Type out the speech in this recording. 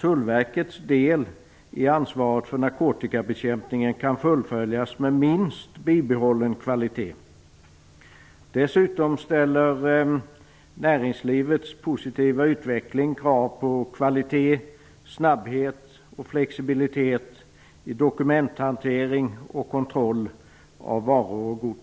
Tullens del i ansvaret för narkotikabekämpningen kan fullföljas med minst bibehållen kvalitet. Dessutom ställer näringslivets positiva utveckling krav på kvalitet, snabbhet och flexibilitet i dokumenthantering och kontroll av varor.